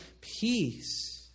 peace